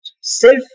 self